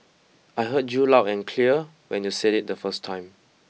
I heard you loud and clear when you said it the first time